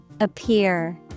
Appear